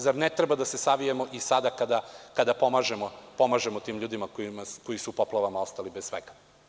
Zar ne treba da se savijamo sada kada pomažemo tim ljudima koji su u poplavama ostali bez svega?